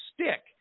stick